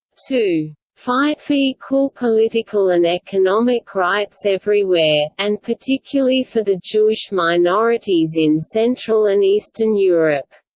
to fight for equal political and economic rights everywhere, and particularly for the jewish minorities in central and eastern europe,